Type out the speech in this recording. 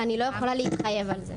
ואני לא יכולה להתחייב על זה.